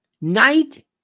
night